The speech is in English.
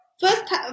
First